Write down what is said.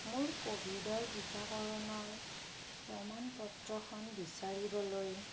মোৰ ক'ভিডৰ টিকাকৰণৰ প্ৰমাণ পত্ৰখন বিচাৰিবলৈ